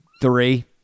three